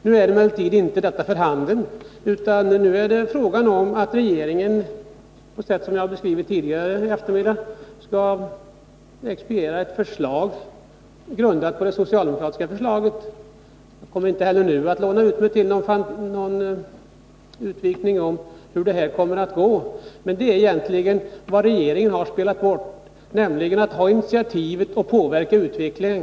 Nu är emellertid inte detta för handen, utan det är fråga om att regeringen, på sätt som jag har beskrivit tidigare i eftermiddag, skall expediera ett förslag som är grundat på den socialdemokratiska motionen. Jag skall inte heller nu låna mig till någon utvikning om hur detta kommer att gå. Men vad regeringen egentligen har spelat bort är möjligheten att ta initiativet och påverka utvecklingen.